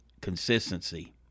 consistency